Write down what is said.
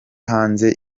hanze